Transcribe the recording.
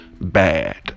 Bad